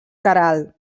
queralt